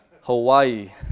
Hawaii